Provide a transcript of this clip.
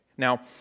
Now